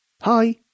Hi